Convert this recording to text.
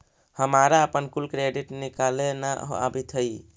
हमारा अपन कुल क्रेडिट निकले न अवित हई